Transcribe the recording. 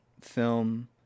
film